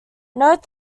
note